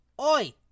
Oi